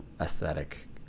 aesthetic